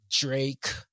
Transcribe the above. Drake